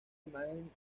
imagen